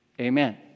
Amen